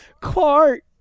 Clark